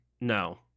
no